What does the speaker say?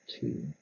two